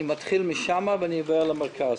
אני מתחיל משם ועובר למרכז.